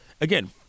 Again